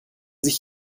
sich